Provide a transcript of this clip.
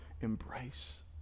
embrace